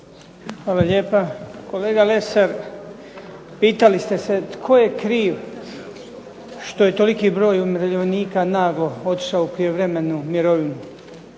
Hvala lijepa. Kolega Lesar, pitali ste se tko je kriv što je toliki broj umirovljenika naglo otišao u prijevremenu mirovinu.